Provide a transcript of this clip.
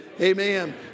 amen